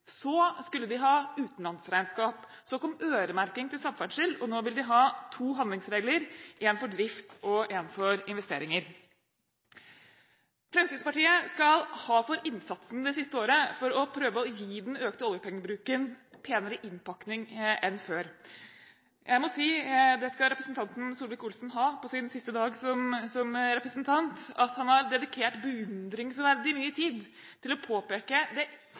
de ha utenlandsregnskap. Så kom øremerking til samferdsel, og nå vil de ha to handlingsregler – en for drift og en for investeringer. Fremskrittspartiet skal ha for innsatsen det siste året for å prøve å gi den økte oljepengebruken penere innpakning enn før. Jeg må si – det skal Solvik-Olsen ha på sin siste dag som representant – at han har dedikert beundringsverdig mye tid til å påpeke det